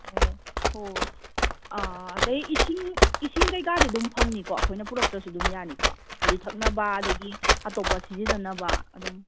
ꯑꯣ ꯍꯣꯏ ꯍꯣꯏ ꯑꯥ ꯑꯗꯩ ꯏꯁꯤꯡ ꯏꯁꯤꯡ ꯀꯩꯀꯥꯗꯤ ꯑꯗꯨꯝ ꯐꯪꯅꯤꯀꯣ ꯑꯩꯈꯣꯏꯅ ꯄꯨꯔꯛꯇ꯭ꯔꯁꯨ ꯑꯗꯨꯝ ꯌꯥꯅꯤꯀꯣ ꯍꯥꯏꯗꯤ ꯊꯛꯅꯕ ꯑꯗꯒꯤ ꯑꯇꯣꯞꯄ ꯁꯤꯖꯤꯟꯅꯅꯕ ꯑꯗꯨꯝ